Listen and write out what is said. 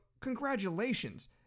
Congratulations